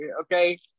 Okay